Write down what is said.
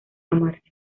amarse